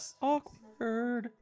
Awkward